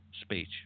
speech